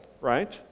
right